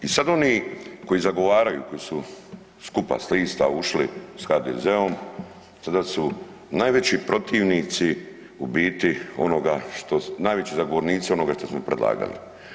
I sad oni koji zagovaraju, koji su skupa s lista ušli sa HDZ-om, sada su najveći protivnici u biti onoga što, najveći zagovornici onoga što smo predlagali.